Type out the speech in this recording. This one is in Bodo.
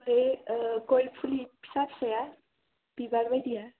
बै गय फुलि फिसा फिसाया बिबारबायदिया